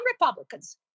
Republicans